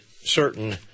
certain